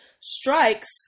strikes